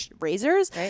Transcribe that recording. razors